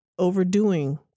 overdoing